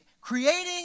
creating